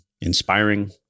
inspiring